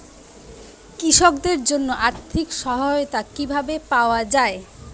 কৃষকদের জন্য আর্থিক সহায়তা কিভাবে পাওয়া য়ায়?